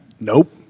Nope